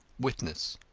witness